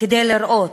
כדי לראות,